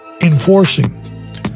enforcing